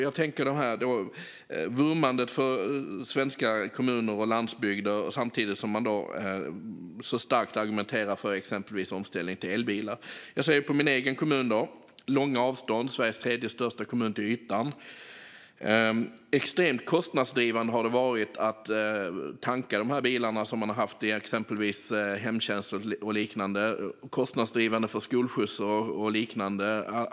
Jag tänker på hur Söderberg vurmar för svenska kommuner och svensk landsbygd och samtidigt argumenterar för exempelvis omställning till elbilar. I min egen kommun är det långa avstånd. Det är Sveriges tredje största kommun, till ytan. Det har varit extremt kostnadsdrivande att tanka bilarna som använts i exempelvis hemtjänst, skolskjutsverksamhet och liknande.